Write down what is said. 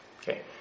Okay